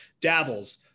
dabbles